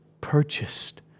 purchased